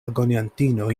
agoniantino